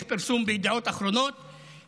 יש פרסום בידיעות אחרונות,